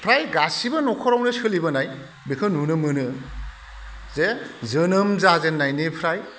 फ्राय गासैबो न'खरावनो सोलिबोनाय बेखौ नुनो मोनो जे जोनोम जाजेननायनिफ्राय